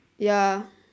ya